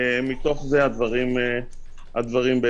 מתוך זה הדברים נחתכו.